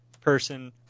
person